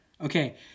Okay